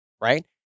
right